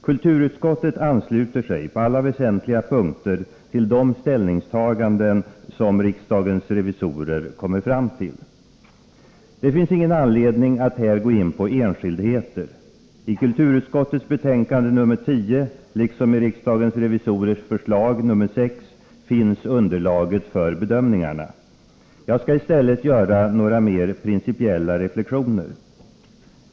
Kulturutskottet ansluter sig på alla väsentliga punkter till de ställningstaganden som riksdagens revisorer kommit fram till. Det finns ingen anledning att här gå in på enskildheter. I kulturutskottets betänkande nr 10, liksom i riksdagens revisorers förslag nr 6, finns underlaget för bedömningarna. Jag skall i stället göra några mer principiella reflexioner.